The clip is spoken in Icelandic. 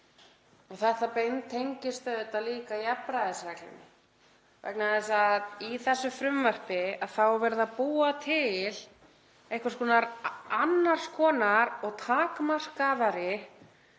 Þetta beintengist auðvitað líka jafnræðisreglunni vegna þess að í þessu frumvarpi er verið að búa til einhvers konar annars konar og takmarkaðri